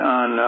on